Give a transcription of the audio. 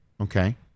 Okay